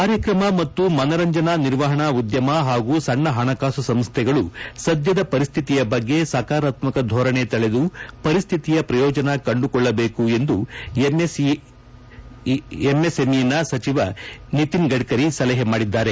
ಕಾರ್ಯಕ್ರಮ ಮತ್ತು ಮನರಂಜನಾ ನಿರ್ವಹಣಾ ಉದ್ಯಮ ಹಾಗೂ ಸಣ್ಣ ಹಣಕಾಸು ಸಂಸ್ಟೆಗಳು ಸದ್ಯದ ಪರಿಸ್ತಿತಿಯ ಬಗ್ಗೆ ಸಕಾರಾತ್ಮಕ ಧೋರಣೆ ತಳೆದು ಪರಿಸ್ಥಿತಿಯ ಪ್ರಯೋಜನ ಕಂಡುಕೊಳ್ಳಬೇಕು ಎಂದು ಎಂಎಸ್ಎಂಇ ಸಚಿವ ನಿತಿನ್ ಗಡ್ಕರಿ ಸಲಹೆ ಮಾಡಿದ್ದಾರೆ